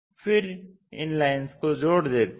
फिर इन लाइन्स को जोड़ देते हैं